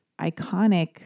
iconic